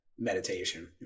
meditation